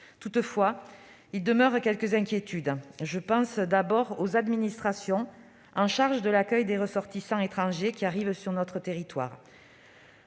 Toutefois, quelques inquiétudes demeurent. Je pense d'abord aux administrations ayant la charge de l'accueil des ressortissants étrangers qui arrivent sur notre territoire.